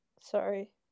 Sorry